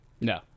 No